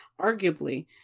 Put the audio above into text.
arguably